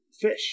fish